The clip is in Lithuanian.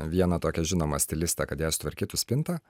vieną tokią žinomą stilistę kad jai sutvarkytų spintą